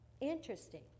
interesting